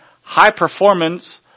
high-performance